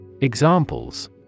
Examples